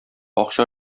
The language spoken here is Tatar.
акча